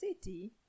city